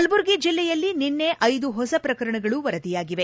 ಕಲಬುರಗಿ ಜಿಲ್ಲೆಯಲ್ಲಿ ನಿನ್ನೆ ಐದು ಹೊಸ ಪ್ರಕರಣಗಳು ವರದಿಯಾಗಿದೆ